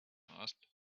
asked